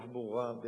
בתחבורה,